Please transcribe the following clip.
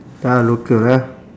ah local ah